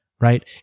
Right